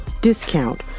discount